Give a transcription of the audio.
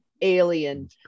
alien